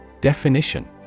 Definition